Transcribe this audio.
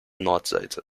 nordseite